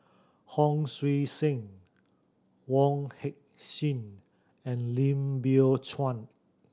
Hon Sui Sen Wong Heck Sing and Lim Biow Chuan